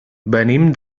venim